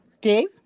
Dave